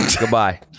Goodbye